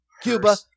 Cuba